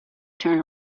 turn